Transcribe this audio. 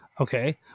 Okay